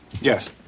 Yes